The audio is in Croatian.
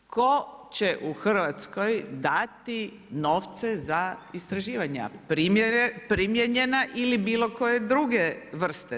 Tko će u Hrvatskoj dati novce za istraživanja primijenjena ili bilo koje druge vrste?